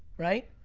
right?